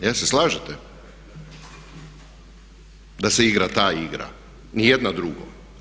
Jel se slažete da se igra ta igra, ni jedna druga?